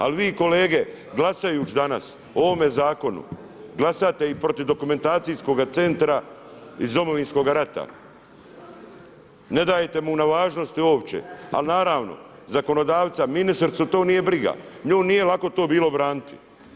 Ali vi kolege glasajući danas o ovome zakonu glasate i protiv dokumentacijskoga centra iz Domovinskog rata, ne dajete mu na važnosti uopće ali naravno zakonodavca ministricu to nije briga, nju nije lako to bilo braniti.